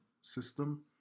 system